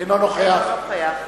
אינו נוכח